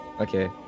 Okay